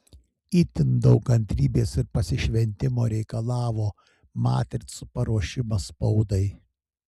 itin daug kantrybės ir pasišventimo reikalavo matricų paruošimas spaudai